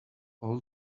all